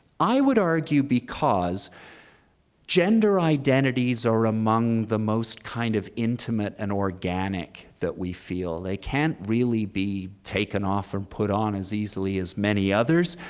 i would argue because gender identities are among the most kind of intimate and organic that we feel. they can't really be taken off and put on as easily as many others.